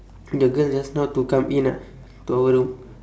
the girl just now to come in ah to our room